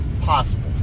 possible